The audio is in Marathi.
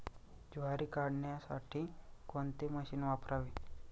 ज्वारी काढण्यासाठी कोणते मशीन वापरावे?